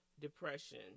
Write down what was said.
depression